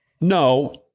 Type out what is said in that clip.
No